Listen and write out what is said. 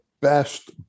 best